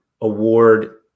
award